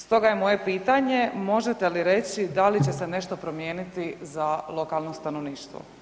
Stoga je moje pitanje, možete li reći da li će se nešto promijeniti za lokalno stanovništvo?